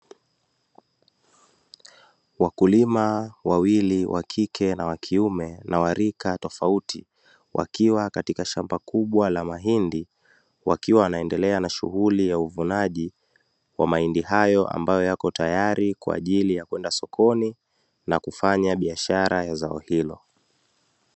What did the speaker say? Wakulima wawili wa kike na wa kiume na wa rika tofauti, wakiwa katika shamba kubwa la mahindi, wakiwa wanaendelea na shughuli ya uvunaji wa mahindi hayo, ambayo yako tayari kwa ajili ya kwenda sokoni na kufanya biashara ya zao hilo.